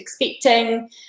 expecting